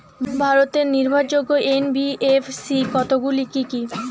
ভারতের নির্ভরযোগ্য এন.বি.এফ.সি কতগুলি কি কি?